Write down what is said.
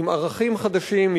עם ערכים חדשים,